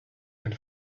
and